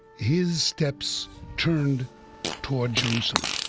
his steps turned toward jerusalem.